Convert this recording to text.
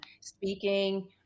speaking